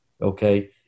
Okay